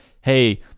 hey